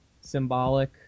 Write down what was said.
symbolic